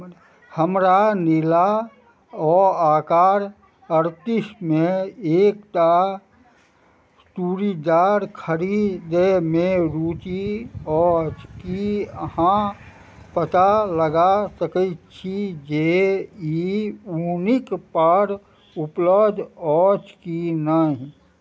हमरा नीला ओ आकार अड़तिसमे एकटा चूड़ीदार खरिदैमे रुचि अछि कि अहाँ पता लगा सकै छी जे ई यूनिकपर उपलब्ध अछि कि नहि